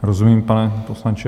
Rozumím, pane poslanče.